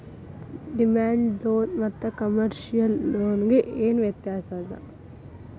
Demand loan ಮತ್ತ commercial loan ಗೆ ಏನ್ ವ್ಯತ್ಯಾಸದ?